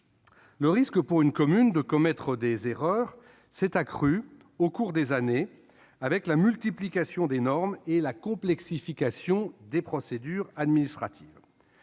Le risque pour une commune de commettre des erreurs s'est accru au cours des années avec la multiplication des normes et la complexification des procédures administratives.